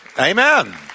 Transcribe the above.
Amen